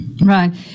Right